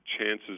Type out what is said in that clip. chances